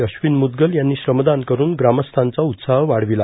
अश्विन म्रदगल यांनी श्रमदान करुन ग्रामस्थांचा उत्साह वाढविला